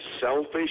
selfish